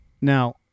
Now